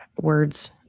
words